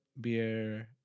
beer